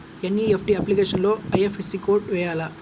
NEFT అప్లికేషన్లో IFSC code వేయాలా?